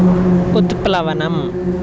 उत्प्लवनम्